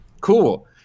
cool